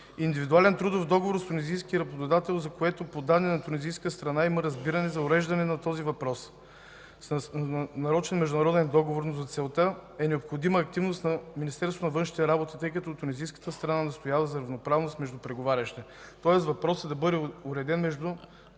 индивидуален трудов договор с тунизийския работодател, за което по данни на тунизийската страна има разбиране за уреждане на този въпрос с нарочен Международен договор, но за целта е необходима активност на Министерството на вътрешните работи, тъй като тунизийската страна настоява за равноправност между преговарящите? Тоест въпросът да бъде уреден между